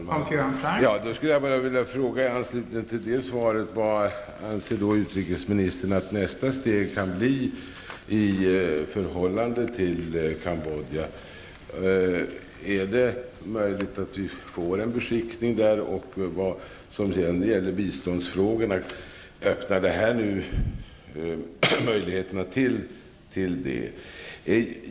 Fru talman! I anslutning till det svaret vill jag ställa följande fråga till utrikesministern. Vad anser utrikesministern att nästa steg kan bli när det gäller förhållandet till Cambodja? Är det möjligt att vi får en beskickning där, och öppnar detta möjligheter till bistånd?